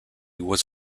was